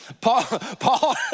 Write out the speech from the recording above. Paul